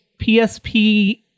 PSP